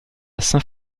saint